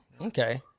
Okay